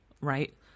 right